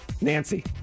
Nancy